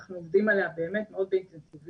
אנחנו עובדים עליה באמת מאוד באינטנסיביות.